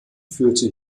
führte